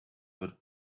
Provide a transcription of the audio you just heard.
wird